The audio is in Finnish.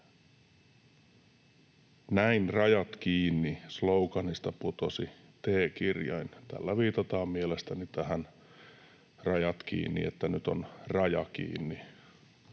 ”Näin rajat kiinni ‑sloganista putosi t-kirjain”. Tällä viitataan mielestäni tähän, että nyt on raja kiinni.